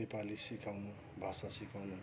नेपाली सिकाउनु भाषा सिकाउनु